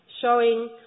showing